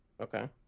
Okay